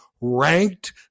ranked